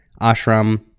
ashram